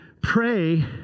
pray